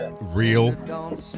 real